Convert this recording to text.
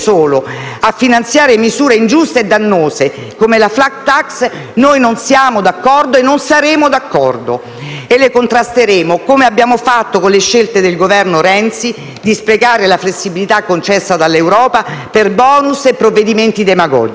a finanziare misure ingiuste e dannose come la *flat tax*, noi non siamo e non saremo d'accordo e le contrasteremo, così come abbiamo fatto con le scelte del Governo Renzi di sprecare la flessibilità concessa dall'Unione europea per *bonus* e provvedimenti demagogici.